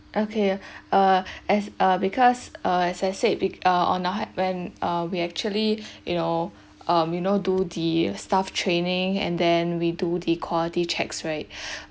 okay uh as uh because uh as I said on our hea~ when uh we actually you know um you know do the staff training and then we do the quality checks right